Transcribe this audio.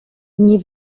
nie